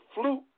flute